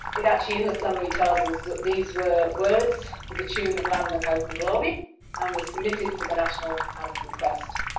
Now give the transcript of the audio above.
it actually in the summary tells us that these were words for the tune of london hope and glory and was submitted for the national anthem quest.